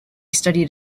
studied